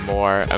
More